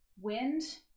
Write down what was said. Wind